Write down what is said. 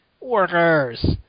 Workers